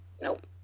Nope